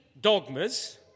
dogmas